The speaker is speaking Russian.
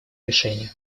решения